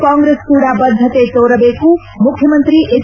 ಕಾಂಗ್ರೆಸ್ ಕೂಡ ಬದ್ದತೆ ತೋರಬೇಕು ಮುಖ್ಣಮಂತ್ರಿ ಎಚ್